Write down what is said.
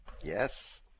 Yes